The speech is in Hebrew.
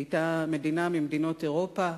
היא היתה מדינה ממדינות אירופה.